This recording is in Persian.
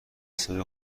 صدای